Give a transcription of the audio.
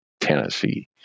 Tennessee